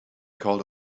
called